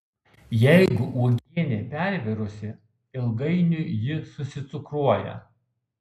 jeigu uogienė pervirusi ilgainiui ji susicukruoja